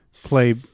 play